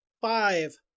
five